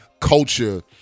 culture